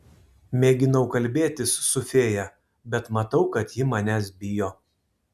mėginau kalbėtis su fėja bet matau kad ji manęs bijo